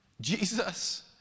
Jesus